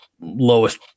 lowest